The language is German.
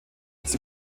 sie